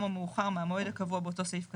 או מאוחר מהמועד הקבוע באותו סעיף קטן.